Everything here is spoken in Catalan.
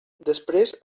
després